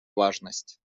важность